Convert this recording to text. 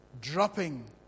dropping